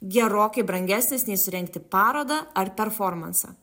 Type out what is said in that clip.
gerokai brangesnis nei surengti parodą ar performansą